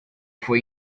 foi